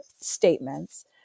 statements